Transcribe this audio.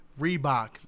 Reebok